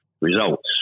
results